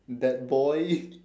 that boy